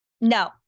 No